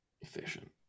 Efficient